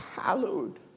hallowed